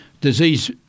disease